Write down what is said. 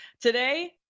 today